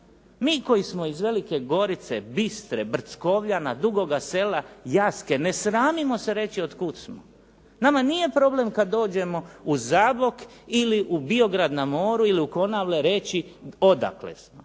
Mi koji smo iz Velike Gorice, Bistre, Brckovljana, Dugoga Sela, Jaske ne sramimo se reći od kuda smo. Nama nije problem kada dođemo u Zabok ili u Biograd na moru ili u Konavle odakle smo.